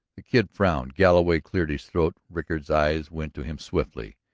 the kid frowned. galloway cleared his throat. rickard's eyes went to him swiftly.